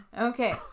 Okay